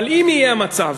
אבל אם יהיה המצב,